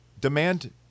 demand